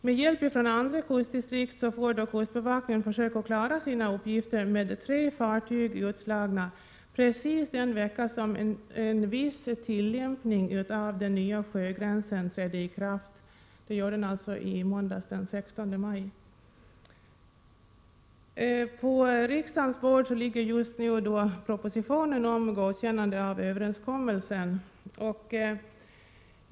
Med hjälp från andra kustdistrikt får kustbevakningen försöka klara sina uppgifter med tre fartyg utslagna precis den vecka som en viss tillämpning av den nya sjögränsen trädde i kraft — det skedde nämligen i måndags, den 16 maj. På riksdagens bord ligger just nu propositionen om godkännande av överenskommelsen.